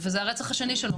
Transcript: וזה הרצח השני שלו.